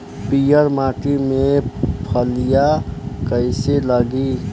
पीयर माटी में फलियां कइसे लागी?